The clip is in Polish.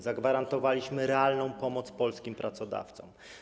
Zagwarantowaliśmy realną pomoc polskim pracodawcom.